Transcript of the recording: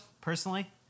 personally